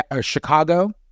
Chicago